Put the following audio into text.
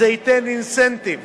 וזה ייתן אינסנטיב